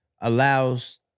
allows